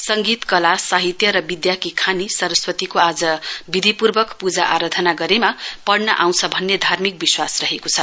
सङ्गीत कला साहित्य र विधाकी खानी सरस्वतीको आज विधिपूर्वक पूजा आराधना गरेमा पढ़न आँउछ भन्ने धार्मिक विश्वास रहेको छ